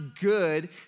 good